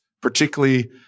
particularly